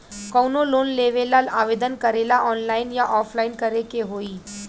कवनो लोन लेवेंला आवेदन करेला आनलाइन या ऑफलाइन करे के होई?